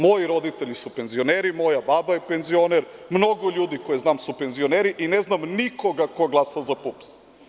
Moji roditelji su penzioneri, moja baba je penzioner, mnogo ljudi koje znam su penzioneri i ne znam nikoga ko je glasao za PUPS.